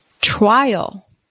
trial